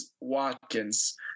Watkins